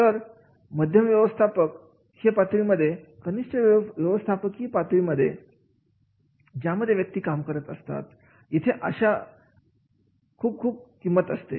तर मध्यम व्यवस्थापक ही पातळीमध्ये कनिष्ठ व्यवस्थापकीय पातळीमध्ये ज्यामध्ये व्यक्ती काम करत असतात इथे अशा करण्याची खूप खूप किंमत असते